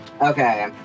Okay